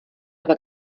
aber